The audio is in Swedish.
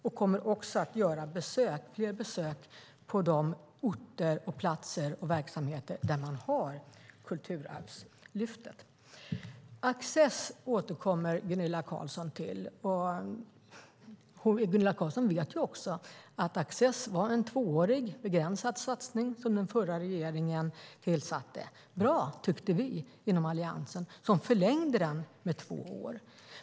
Vi kommer också att göra besök på de orter, platser och verksamheter där man har Kulturarvslyftet. Access återkommer Gunilla Carlsson till. Hon vet också att Access var en tvåårig, begränsad satsning som den förra regeringen gjorde. Den var bra, tyckte vi inom Alliansen, som förlängde den med två år.